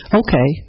okay